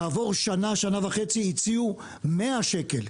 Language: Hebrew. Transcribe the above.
כעבור שנה-שנה וחצי הציעו 100 שקל,